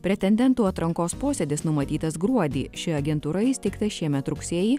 pretendentų atrankos posėdis numatytas gruodį ši agentūra įsteigta šiemet rugsėjį